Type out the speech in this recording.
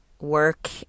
work